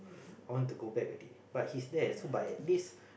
I want to go back already but he's there so but at least